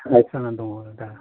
highest जानानै दङ दा